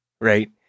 right